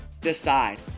Decide